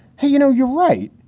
hey, you know, you're right.